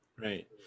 Right